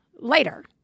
later